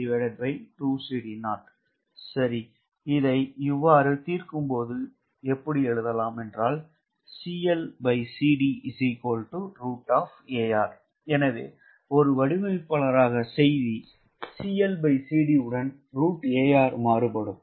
CLCD√CDO1𝜋𝑒𝐴𝑅 2𝐶D0 எனவே தீர்க்கும் போது இது வெளியே வரும் CLCD ≈√𝐴𝑅 எனவே வடிவமைப்பாளருக்கான செய்தி CLCD உடன் √𝐴𝑅 மாறுபடும்